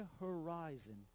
horizon